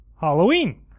Halloween